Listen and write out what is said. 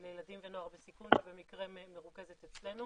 לילדים ונוער בסיכון, היא במקרה מרוכזת אצלנו.